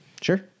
Sure